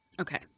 Okay